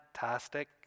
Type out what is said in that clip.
fantastic